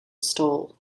stall